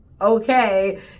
Okay